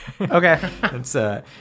Okay